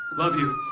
love you.